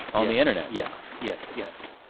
on the internet. yes, yes, yes.